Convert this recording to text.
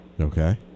Okay